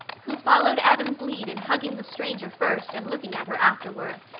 who followed adam's lead in hugging the stranger first and looking at her afterward.